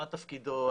מה תפקידו,